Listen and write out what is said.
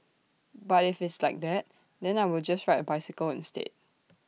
but if it's like that then I will just ride A bicycle instead